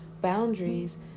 boundaries